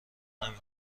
نمی